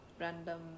random